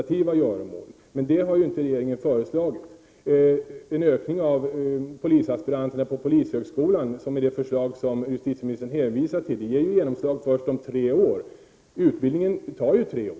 Avser regeringen att vidta åtgärder för att nationellt förbjuda patentering av genetiskt manipulerat material och internationellt verka för ett förbud?